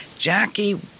Jackie